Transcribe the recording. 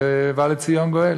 ובא לציון גואל.